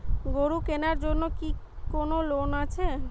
গরু কেনার জন্য কি কোন লোন আছে?